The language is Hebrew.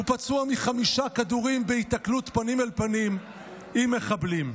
הוא פצוע מחמישה כדורים בהיתקלות פנים אל פנים עם מחבלים.